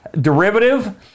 Derivative